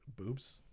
Boobs